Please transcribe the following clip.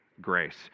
grace